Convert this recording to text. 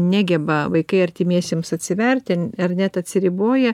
negeba vaikai artimiesiems atsiverti ar net atsiriboja